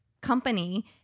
company